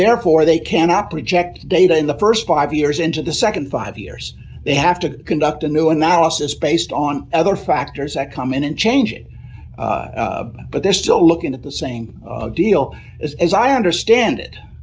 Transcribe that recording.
therefore they cannot project data in the st five years into the nd five years they have to conduct a new analysis based on other factors that come in and change it but they're still looking at the same deal as as i understand it